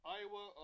Iowa